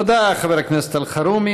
תודה, חבר הכנסת אלחרומי.